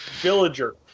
villager